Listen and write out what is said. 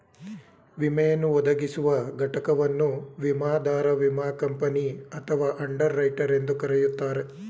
ವಿಮೆಯನ್ನು ಒದಗಿಸುವ ಘಟಕವನ್ನು ವಿಮಾದಾರ ವಿಮಾ ಕಂಪನಿ ಅಥವಾ ಅಂಡರ್ ರೈಟರ್ ಎಂದು ಕರೆಯುತ್ತಾರೆ